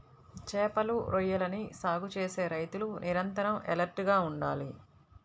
చేపలు, రొయ్యలని సాగు చేసే రైతులు నిరంతరం ఎలర్ట్ గా ఉండాలి